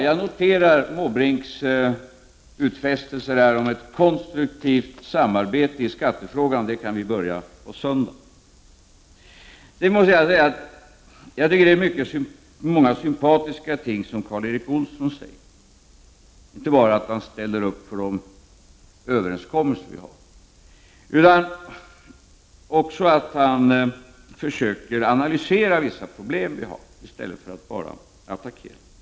Jag noterar vidare Måbrinks utfästelser om ett konstruktivt samarbete i skattefrågan. Det kan vi börja med på söndag. Jag måste också säga att jag tycker att Karl Erik Olsson säger många sympatiska saker. Han vill inte bara hålla fast vid de överenskommelser som vi har träffat, utan han försöker också analysera vissa av våra problem i stället för att bara attackera.